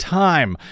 time